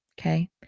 Okay